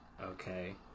Okay